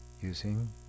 using